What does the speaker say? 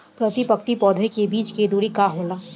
प्रति पंक्ति पौधे के बीच के दुरी का होला?